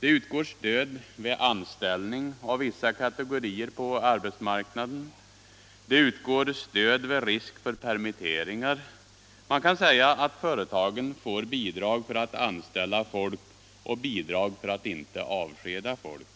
Det utgår stöd vid anställning av vissa kategorier på arbetsmarknaden. Det utgår stöd vid risk för permitteringar. Man kan säga att företagen får bidrag för att anställa folk och bidrag för att inte avskeda folk.